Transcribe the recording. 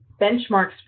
benchmarks